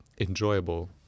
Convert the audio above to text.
enjoyable